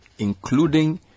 including